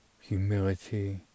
humility